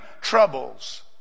troubles